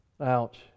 Ouch